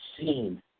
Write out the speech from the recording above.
seen